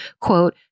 quote